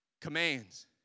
commands